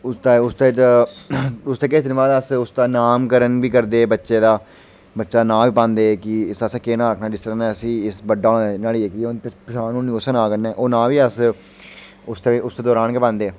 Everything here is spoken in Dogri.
उसदे उसदे च उसदे किश दिन बाद अस उसदा नामकरण बी करदे बच्चे दा बच्चे दा नां बी पांदे कि इसदा असें केह् नां रक्खना जिसदा कन्नै इसी इस बड्डा होना न्हाड़ी जेह्की होनी पनछान होनी उस्सै नां कन्नै ओह् नां बी अस उसदे उसदे उसदे दरान गै पान्ने